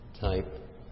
type